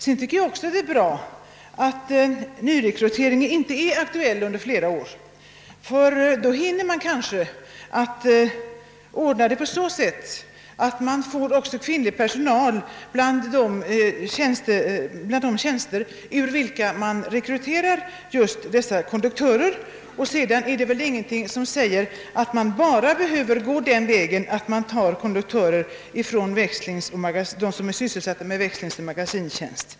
Jag tycker också det är bra att någon nyrekrytering inte är aktuell på flera år, ty då hinner man kanske ordna så att det också finns kvinnlig personal ji de tjänster från vilka man rekryterar konduktörer. Dessutom är det väl ingenting som säger att man behöver ta konduktörer bara bland dem som är sysselsatta med växlingsoch magasinstjänst.